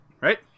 right